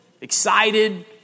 excited